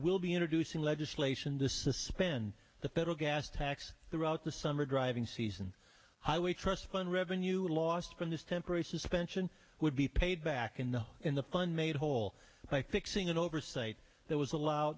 will be introducing legislation to suspend the federal gas tax throughout the summer driving season highway trust fund revenue lost from this temporary suspension would be paid back in the in the fund made whole like fixing an oversight that was allowed